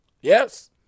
Yes